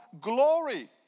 glory